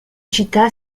città